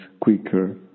quicker